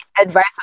advice